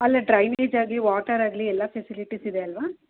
ಅಲ್ಲೇ ಡ್ರೈವಿಜ್ ಆಗಲಿ ವಾಟರ್ ಆಗಲಿ ಎಲ್ಲ ಫೆಸಿಲಿಟಿಸ್ ಇದೆ ಅಲ್ಲವ